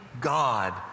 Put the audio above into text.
God